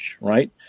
right